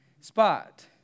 spot